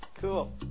Cool